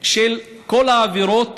של כל העבירות